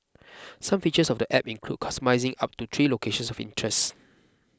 some features of the app include customising up to three locations of interest